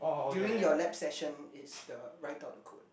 during your lab session is the write out the code